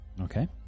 Okay